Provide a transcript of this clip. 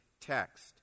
text